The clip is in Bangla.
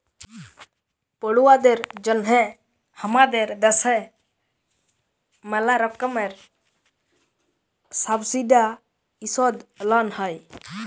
পড়ুয়াদের জন্যহে হামাদের দ্যাশে ম্যালা রকমের সাবসিডাইসদ লন হ্যয়